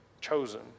chosen